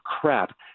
crap